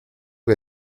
que